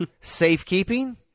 Safekeeping